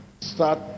start